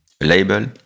label